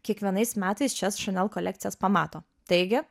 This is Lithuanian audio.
kiekvienais metais šias šanel kolekcijos pamato taigi